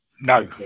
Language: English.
No